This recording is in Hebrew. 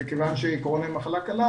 וכיוון שקורונה היא מחלה קלה,